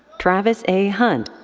travis a. hunt.